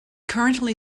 currently